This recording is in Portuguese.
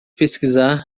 pesquisar